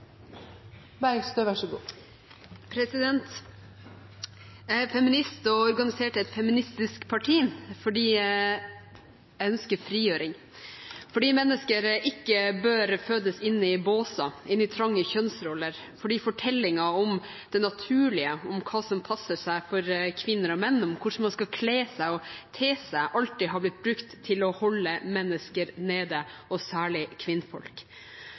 feminist og organisert i et feministisk parti fordi jeg ønsker frigjøring, fordi mennesker ikke bør fødes inn i båser, inn i trange kjønnsroller, og fordi fortellingen om det naturlige, om hva som passer seg for kvinner og menn, om hvordan man skal kle seg og te seg, alltid har blitt brukt til å holde mennesker – og særlig kvinnfolk